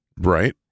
Right